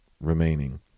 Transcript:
remaining